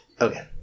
Okay